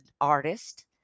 artist